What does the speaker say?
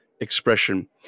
Expression